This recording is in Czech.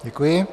Děkuji.